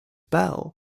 bell